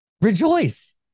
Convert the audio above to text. rejoice